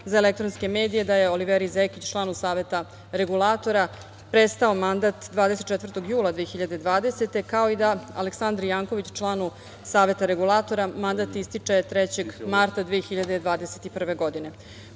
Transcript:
obaveštenje REM da je Oliveri Zekić, članu Saveta regulatora, prestao mandat 24. jula 2020, kao i da Aleksandri Janković, članu Saveta regulatora, mandat ističe 3. marta 2021. godine.